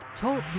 Talk